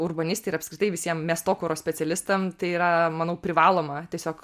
urbanistei ir apskritai visiem miestokuro specialistam tai yra manau privaloma tiesiog